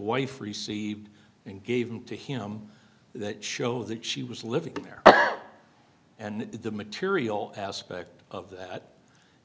wife received and gave them to him that show that she was living there and the material aspect of that